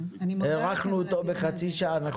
הארכנו אותו בחצי שעה.